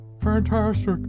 Fantastic